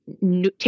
new